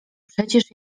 przecież